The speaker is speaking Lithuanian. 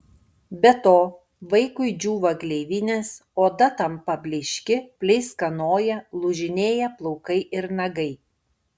be to vaikui džiūva gleivinės oda tampa blykši pleiskanoja lūžinėja plaukai ir nagai